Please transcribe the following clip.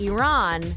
Iran